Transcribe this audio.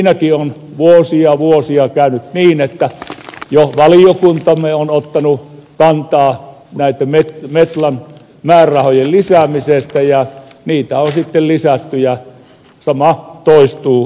siinäkin on vuosia vuosia käynyt niin että jo valiokuntamme on ottanut kantaa näiden metlan määrärahojen lisäämiseen ja niitä on sitten lisätty ja sama toistuu tällä kerralla